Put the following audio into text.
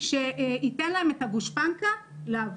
שייתן להם את הגושפנקא לעבוד.